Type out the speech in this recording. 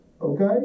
Okay